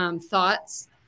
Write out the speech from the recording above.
thoughts